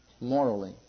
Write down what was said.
morally